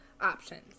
options